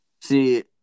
See